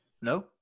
No